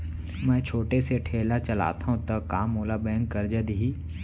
मैं छोटे से ठेला चलाथव त का मोला बैंक करजा दिही?